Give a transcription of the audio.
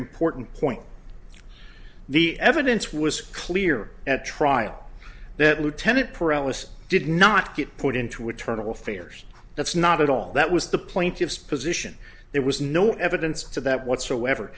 important point the evidence was clear at trial that lieutenant parentless did not get put into internal affairs that's not at all that was the plaintiff's position there was no evidence to that whatsoever